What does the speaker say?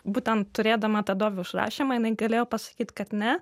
būtent turėdama tą dovio užrašymą jinai galėjo pasakyt kad ne